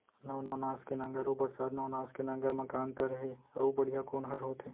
नौ नवनास के नांगर अऊ बरसात नवनास के नांगर मा का अन्तर हे अऊ बढ़िया कोन हर होथे?